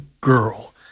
girl